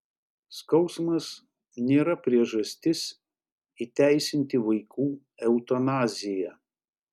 skausmas nėra priežastis įteisinti vaikų eutanaziją